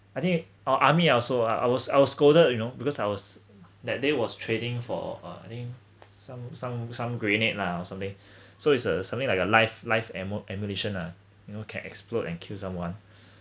I think our army are also ah I was I was scolded you know because I was that day was trading for uh I think some some some grenade lah or something so it's a something like a life life amm~ ammunition ah you know can explode and kill someone